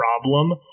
problem